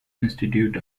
institute